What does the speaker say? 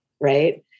Right